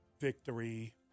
victory